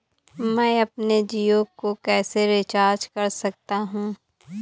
मैं अपने जियो को कैसे रिचार्ज कर सकता हूँ?